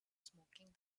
smoking